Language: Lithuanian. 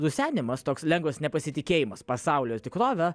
rusenimas toks lengvas nepasitikėjimas pasaulio tikrove